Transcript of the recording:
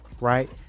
right